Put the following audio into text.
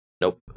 Nope